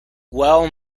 well